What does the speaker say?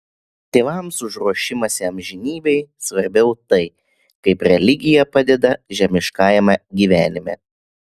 tėvams už ruošimąsi amžinybei svarbiau tai kaip religija padeda žemiškajame gyvenime